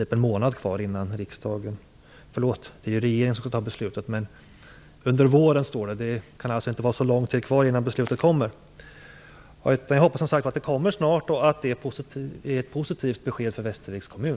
Det står ''under våren'', så det kan inte vara så lång tid kvar. Jag hoppas att det innebär ett positivt besked för Västerviks kommun.